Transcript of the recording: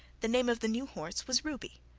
the name of the new horse was ruby,